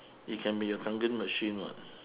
it can be your kangen machine what